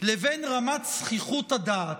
לבין רמת זחיחות הדעת.